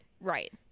Right